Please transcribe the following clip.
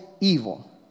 evil